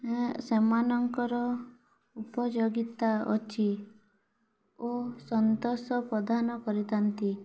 ଏଁ ସେମାନଙ୍କର ଉପଯୋଗୀତା ଅଛି ଓ ସନ୍ତୋଷ ପ୍ରଦାନ କରିଥାନ୍ତି